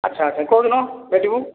ଆଛା ଆଛା କୋଉ ଦିନ ଭେଟିବୁ